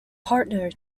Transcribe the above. partner